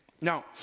now